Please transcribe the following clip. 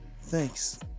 Thanks